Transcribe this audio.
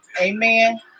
Amen